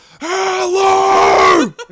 hello